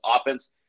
offense